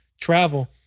travel